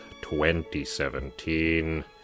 2017